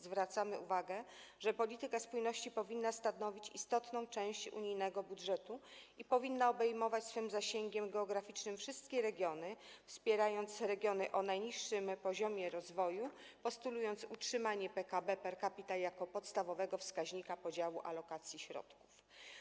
Zwracamy uwagę, że środki na politykę spójności powinny stanowić istotną część unijnego budżetu i że powinna ona obejmować swym zasięgiem geograficznym wszystkie regiony, wspierać regiony o najniższym poziomie rozwoju, postulując utrzymanie PKB per capita jako podstawowego wskaźnika podziału alokacji środków.